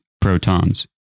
protons